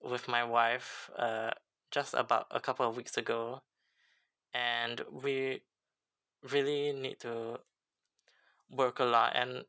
with my wife uh just about a couple of weeks ago and we really need to work a lot and